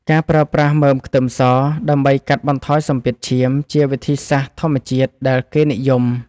ការប្រើប្រាស់មើមខ្ទឹមសដើម្បីកាត់បន្ថយសម្ពាធឈាម ជាវិធីសាស្ត្រធម្មជាតិដែលគេនិយម។